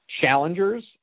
challengers